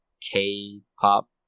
K-pop